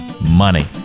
money